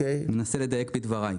אנסה לדייק בדבריי.